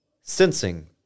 Sensing